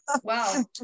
Wow